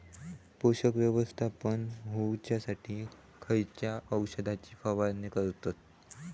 पोषक व्यवस्थापन होऊच्यासाठी खयच्या औषधाची फवारणी करतत?